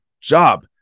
job